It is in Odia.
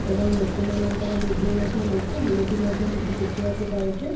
ଏବଂ ଲୋକମାନଙ୍କର ଭିଡ଼ିଓ ମଧ୍ୟ ଦେଖି ଆମେ ବି ମଧ୍ୟ କିଛି ଶିଖିବାକୁ ପାଉଛୁ